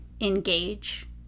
engage